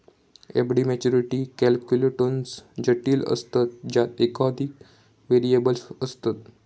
FD maturity calculations जटिल असतत ज्यात एकोधिक व्हेरिएबल्स असतत